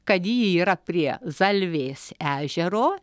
kad ji yra prie zalvės ežero